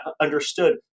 understood